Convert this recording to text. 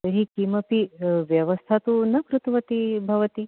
तर्हि किमपि व्यवस्था तु न कृतवती भवती